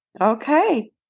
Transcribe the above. Okay